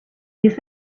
this